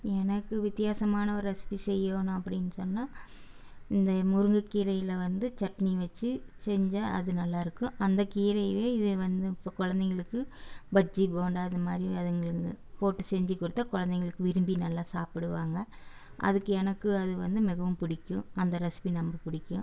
எனக்கு வித்தியாசமான ஒரு ரெசிபி செய்யோனு அப்படின் சொன்னால் இந்த முருங்கைக் கீரையில் வந்து சட்னி வச்சு செஞ்சால் அது நல்லாயிருக்கும் அந்த கீரையைவே இதை வந்து ஃப குழந்தைங்களுக்கு பஜ்ஜி போண்டா இதை மாதிரி அதுங்களுக்கு போட்டு செஞ்சுக் கொடுத்தா குழந்தைங்களுக் விரும்பி நல்லா சாப்பிடுவாங்க அதுக்கு எனக்கு அது வந்து மிகவும் பிடிக்கும் அந்த ரெசிபி ரொம்ப பிடிக்கும்